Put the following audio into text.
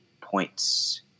points